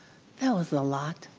that was a lot